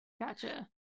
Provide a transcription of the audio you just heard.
Gotcha